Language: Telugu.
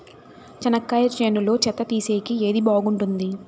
చెనక్కాయ చేనులో చెత్త తీసేకి ఏది బాగుంటుంది?